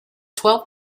twelve